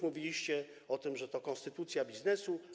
Mówiliście o tym, że to konstytucja biznesu.